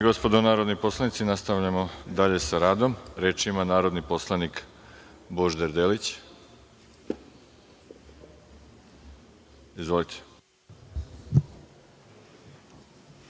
gospodo narodni poslanici, nastavljamo dalje sa radom. Reč ima narodni poslanik Božidar Delić. Izvolite.